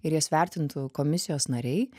ir jas vertintų komisijos nariai